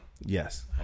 Yes